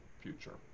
future